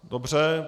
Dobře.